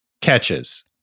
catches